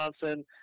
Johnson